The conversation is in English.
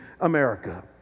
America